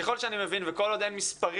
ככל שאני מבין וכל עוד אין מספרים